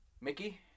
Mickey